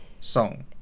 song